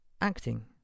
acting